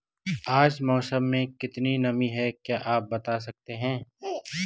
आज मौसम में कितनी नमी है क्या आप बताना सकते हैं?